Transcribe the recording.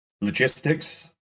logistics